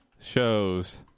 shows